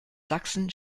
sachsen